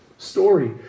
story